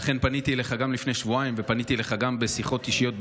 לכן פניתי אליך גם לפני שבועיים ופניתי אליך גם בשיחות אישיות בינינו,